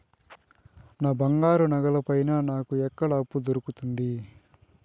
నా బంగారు నగల పైన నాకు ఎక్కడ అప్పు దొరుకుతుంది